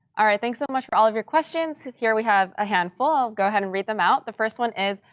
ah thanks so much for all of your questions. here we have a handful. i'll go ahead and read them out. the first one is,